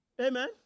Amen